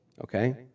okay